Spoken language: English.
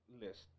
list